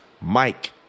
Mike